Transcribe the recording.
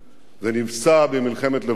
ונפצע במלחמת לבנון השנייה.